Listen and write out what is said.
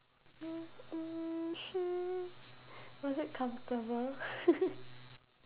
was it comfortable